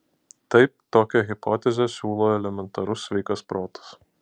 taip tokią hipotezę siūlo elementarus sveikas protas